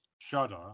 Shudder